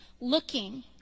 looking